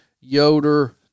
Yoder